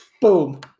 Boom